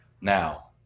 Now